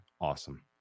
awesome